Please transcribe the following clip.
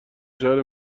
شهر